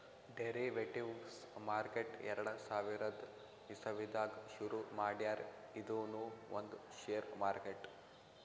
derivatives market ಎರಡ ಸಾವಿರದ್ ಇಸವಿದಾಗ್ ಶುರು ಮಾಡ್ಯಾರ್ ಇದೂನು ಒಂದ್ ಷೇರ್ ಮಾರ್ಕೆಟ್